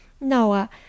Noah